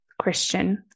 Christian